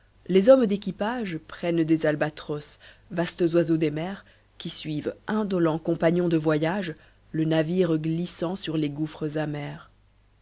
les hommes d'équipage prennent des albatros vastes oiseaux des mers qui suivent indolents compagnons de voyage le navire glissant sur les gouffres amers